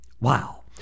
Wow